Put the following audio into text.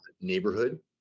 neighborhood